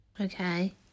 Okay